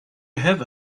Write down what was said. have